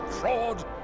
fraud